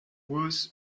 was